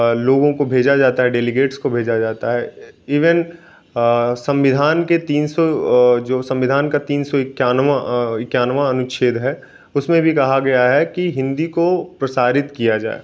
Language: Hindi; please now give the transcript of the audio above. लोगों को भेजा जाता है डेलीगेट्स को भेजा जाता है इवन सविंधान के तीन सौ जो संविधान का तीन सौ इक्यानवां इक्यानवां अनुच्छेद है उसमें भी कहा गया है कि हिंदी को प्रसारित किया जाए